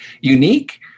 unique